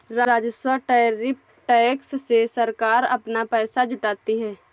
राजस्व tariff tax से सरकार अपना पैसा जुटाती है